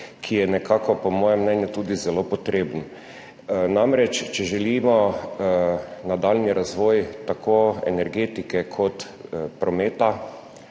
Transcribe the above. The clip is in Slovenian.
ki je po mojem mnenju tudi zelo potreben. Namreč, če želimo nadaljnji razvoj tako energetike kot prometa,